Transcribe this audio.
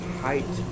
height